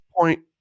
point